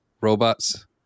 robots